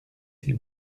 s’il